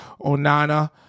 Onana